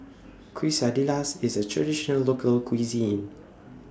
Quesadillas IS A Traditional Local Cuisine